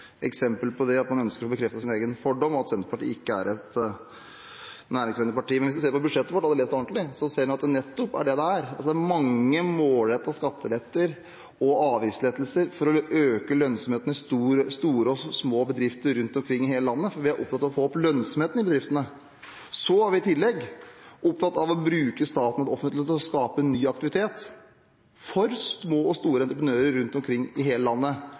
eksempel på at man ønsker å få bekreftet sin egen fordom – at Senterpartiet ikke er et næringsvennlig parti. Men hvis en ser på budsjettet vårt – og hadde lest det ordentlig – ser en at det er nettopp det det er. Det er mange målrettede skatteletter og avgiftslettelser for å øke lønnsomheten i store og små bedrifter rundt omkring i hele landet, for vi er opptatt av å få opp lønnsomheten i bedriftene. I tillegg er vi opptatt av å bruke staten og det offentlige til å skape ny aktivitet for små og store entreprenører rundt omkring i hele landet,